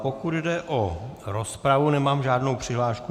Pokud jde o rozpravu, nemám žádnou přihlášku.